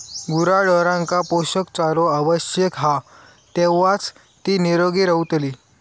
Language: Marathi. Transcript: गुराढोरांका पोषक चारो आवश्यक हा तेव्हाच ती निरोगी रवतली